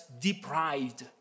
deprived